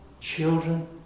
children